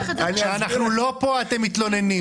כשאנחנו לא כאן, אתם מתלוננים.